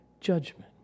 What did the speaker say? judgment